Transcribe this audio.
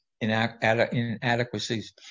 inadequacies